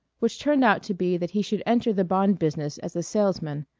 which turned out to be that he should enter the bond business as a salesman,